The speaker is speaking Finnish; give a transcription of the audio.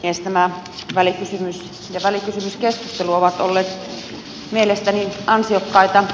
tämä välikysymys ja välikysymyskeskustelu ovat olleet mielestäni ansiokkaita